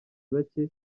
bake